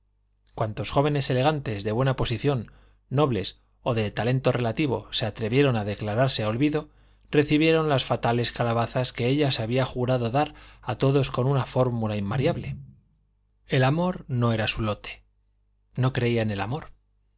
cuantos jóvenes elegantes de buena posición nobles o de talento relativo se atrevieron a declararse a olvido recibieron las fatales calabazas que ella se había jurado dar a todos con una fórmula invariable el amor no era su lote no creía en el amor